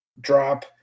drop